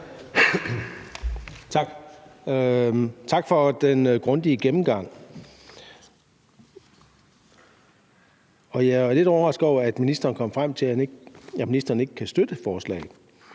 Tak. Tak for den grundige gennemgang. Jeg er lidt overrasket over, at ministeren kom frem til, at ministeren ikke kan støtte forslaget,